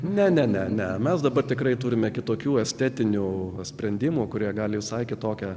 ne ne ne ne mes dabar tikrai turime kitokių estetinių sprendimų kurie gali visai kitokią